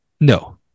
No